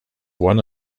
one